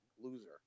loser